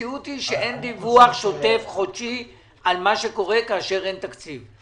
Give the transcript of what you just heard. המציאות היא שאין דיווח שוטף חודשי על מה שקורה כאשר אין תקציב.